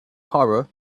horror